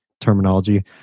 terminology